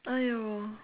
!aiyo!